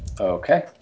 Okay